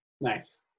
Nice